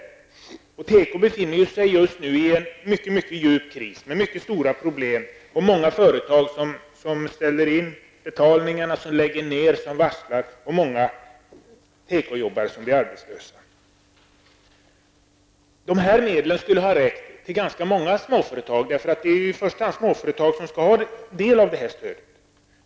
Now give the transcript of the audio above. Tekoindustrin befinner sig just nu i en mycket djup kris med många stora problem. Många företag ställer in betalningarna, lägger ner verksamheten och varslar om uppsägningar. Många tekoarbetare blir som följd härav arbetslösa. Dessa medel skulle ha räckt till ganska många småföretag -- det är ju i första hand småföretag som skall få del av detta stöd.